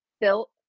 built